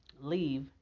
leave